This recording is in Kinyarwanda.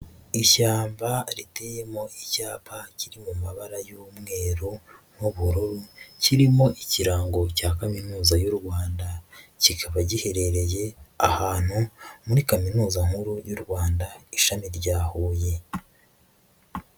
Ishyamba riteyemo icyapa kiri mu mabara y'umweru n'bururu, kirimo ikirango cya kaminuza y'u Rwanda, kikaba giherereye ahantu muri kaminuza nkuru y'u Rwanda ishami rya Huye.